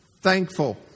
thankful